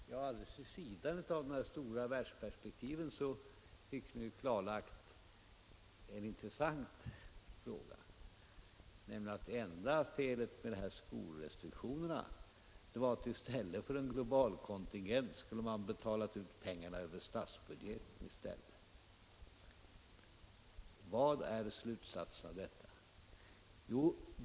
Herr talman! Alldeles vid sidan av de här stora världsperspektiven fick vi nyss en intressant fråga klarlagd, nämligen att det enda felet med skorestriktionerna var att vi inte, i stället för en global kontingent, betalade ut pengarna över statsbudgeten. Vad är slutsatsen av detta?